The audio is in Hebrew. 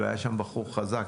בחור חזק,